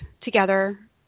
together